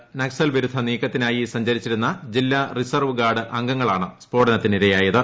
്നക്സൽ ്വിരുദ്ധ നീക്കത്തിനായി സഞ്ചരിച്ചിരുന്ന ജില്ലാ റിസർവ് ഗാർഡ് അംഗങ്ങളാണ് സ്ഫോടനത്തിന് ഇരയായത്